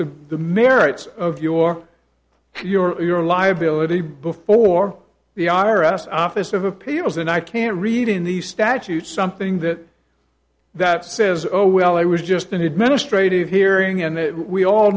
the merits of your you're a liability before the i r s office of appeals and i can't read in the statute something that that says oh well i was just an administrative hearing and we all